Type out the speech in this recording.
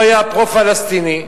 שהיה פרו-פלסטיני,